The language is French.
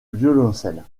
violoncelle